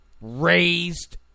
raised